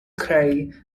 creu